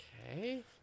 okay